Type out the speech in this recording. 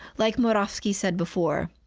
like murawski said before,